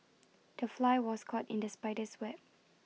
the fly was caught in the spider's web